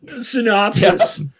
synopsis